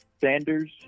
Sanders